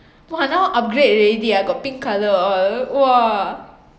!wah! now upgrade already ah got pink color orh !wah!